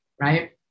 right